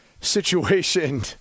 situation